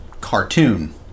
cartoon